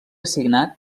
signat